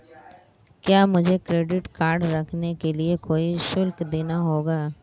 क्या मुझे credit card रखने के लिए कोई शुल्क देना होगा?